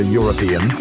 European